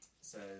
says